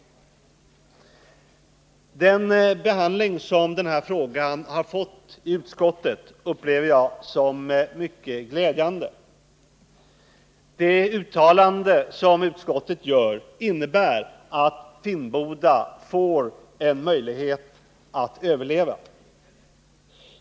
Den behandling som denna fråga har fått i utskottet upplever jag såsom mycket glädjande. Det uttalande som utskottet gör innebär att Finnboda får en möjlighet att överleva.